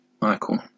Michael